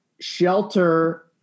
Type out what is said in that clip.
Shelter